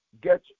get